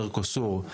מרקוסור,